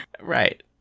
Right